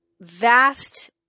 vast